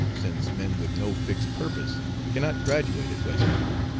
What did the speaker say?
since men with no fixed purpose cannot graduate at west point.